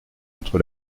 entre